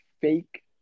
fake